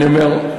אני אומר,